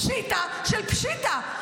פשיטא של פשיטא.